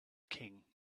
king